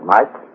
Mike